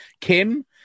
kim